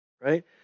right